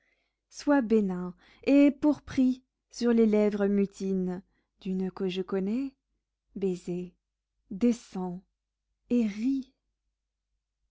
sois bénin et pour prix sur les lèvres mutines d'une que je connais baiser descends et ris